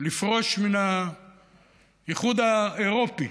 לפרוש מן האיחוד האירופי.